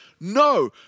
No